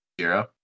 Zero